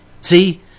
See